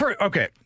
okay